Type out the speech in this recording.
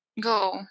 Go